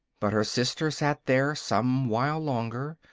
but her sister sat there some while longer,